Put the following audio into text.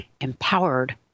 empowered